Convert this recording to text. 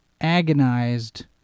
agonized